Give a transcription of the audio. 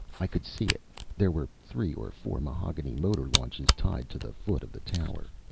i could see it there were three or four mahogany motor launches tied to the foot of the tower.